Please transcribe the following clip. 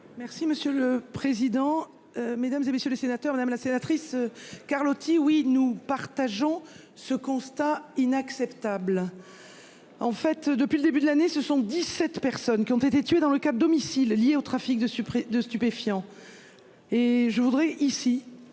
Merci monsieur le président, Mesdames, et messieurs les sénateurs, madame la sénatrice Carlotti oui nous partageons ce constat inacceptable. En fait depuis le début de l'année ce sont 17 personnes qui ont été tués dans le cap domicile liés au trafic de supprimer de stupéfiants. Et je voudrais ici